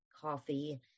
coffee